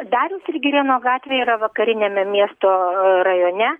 dariaus ir girėno gatvė yra vakariniame miesto rajone